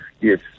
Yes